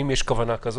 אם יש כוונה כזאת,